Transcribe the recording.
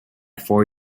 four